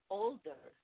older